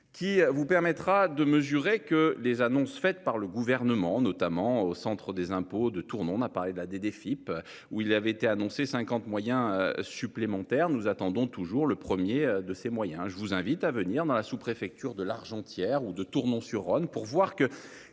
Qui vous permettra de mesurer que les annonces faites par le gouvernement notamment au centre des impôts de on a parlé de la, des, des FIP où il avait été annoncé 50 moyens supplémentaires, nous attendons toujours le 1er de ses moyens. Je vous invite à venir dans la sous-, préfecture de L'Argentière ou de Tournon-sur-Rhône, pour voir que